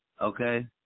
okay